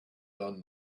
done